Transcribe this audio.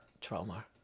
trauma